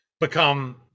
become